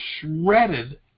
shredded